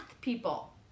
people